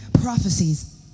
prophecies